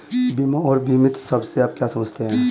बीमा और बीमित शब्द से आप क्या समझते हैं?